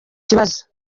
kibazo